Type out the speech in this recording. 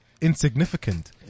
insignificant